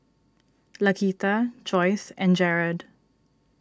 Laquita Joyce and Jarad